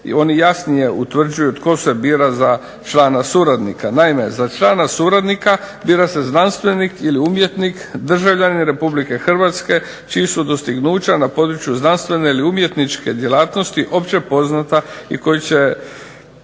Oni jasnije određuju tko se bira za člana suradnika, naime, za člana suradnika bira se znanstvenik ili umjetnik državljanin Republike Hrvatske čiji su dostignuća na području znanstvene ili umjetničke djelatnosti opće poznata i koji će